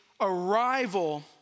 arrival